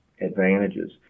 advantages